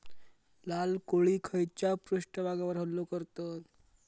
लाल कोळी खैच्या पृष्ठभागावर हल्लो करतत?